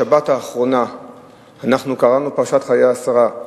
בשבת האחרונה אנחנו קראנו את פרשת חיי שרה.